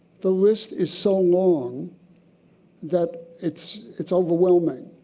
the list is so long that it's it's overwhelming.